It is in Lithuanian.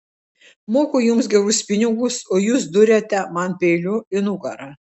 moku jums gerus pinigus o jūs duriate man peiliu į nugarą